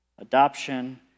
adoption